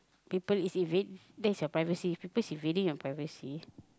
people is invade that's your privacy people is invading your privacy